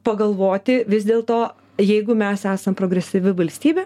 pagalvoti vis dėlto jeigu mes esam progresyvi valstybė